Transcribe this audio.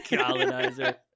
colonizer